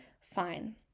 fine